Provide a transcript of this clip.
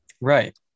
right